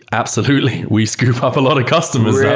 absolutely. we scoop off a lot of customers yeah